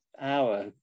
hour